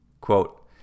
Quote